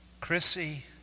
Chrissy